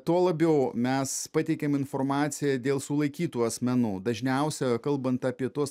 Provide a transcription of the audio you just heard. tuo labiau mes pateikėm informaciją dėl sulaikytų asmenų dažniausia kalbant apie tuos